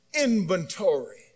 inventory